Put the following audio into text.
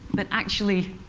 but actually,